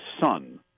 Son